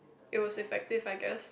it was effective I guess